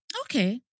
Okay